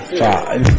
five